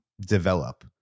develop